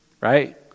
right